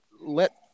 let